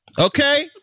Okay